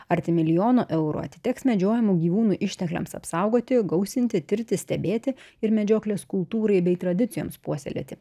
arti milijono eurų atiteks medžiojamų gyvūnų ištekliams apsaugoti gausinti tirti stebėti ir medžioklės kultūrai bei tradicijoms puoselėti